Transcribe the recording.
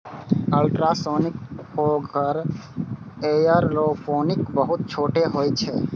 ultrasonic fogger aeroponic बहुत छोट होइत छैक